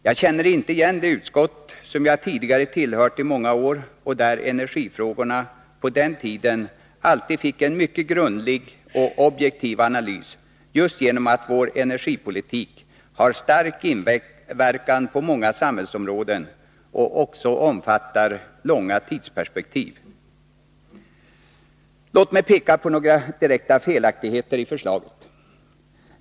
Jag känner inte igen det utskott som jag tidigare tillhört i många år, där energifrågorna på den tiden alltid fick en mycket grundlig och objektiv analys just genom att vår energipolitik har stark inverkan på många samhällsområden och också omfattar långa tidsperspektiv. Låt mig peka på några direkta felaktigheter i förslaget.